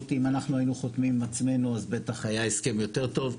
אם אנחנו היינו חותמים עם עצמנו אז בטח היה הסכם יותר טוב.